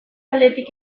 aldetik